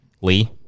Lee